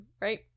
right